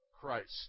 Christ